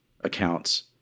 accounts